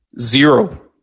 Zero